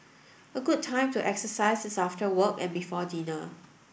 a good time to exercise is after work and before dinner